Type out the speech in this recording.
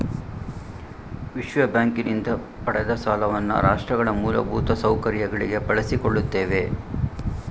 ವಿಶ್ವಬ್ಯಾಂಕಿನಿಂದ ಪಡೆದ ಸಾಲವನ್ನ ರಾಷ್ಟ್ರಗಳ ಮೂಲಭೂತ ಸೌಕರ್ಯಗಳಿಗೆ ಬಳಸಿಕೊಳ್ಳುತ್ತೇವೆ